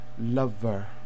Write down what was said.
Lover